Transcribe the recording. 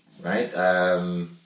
right